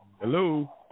Hello